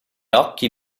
occhi